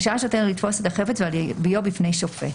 רשאי השוטר לתפוס את החפץ ולהביאו בפני שופט.